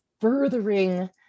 furthering